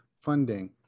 funding